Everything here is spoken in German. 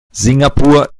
singapur